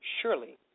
Surely